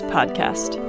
Podcast